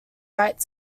right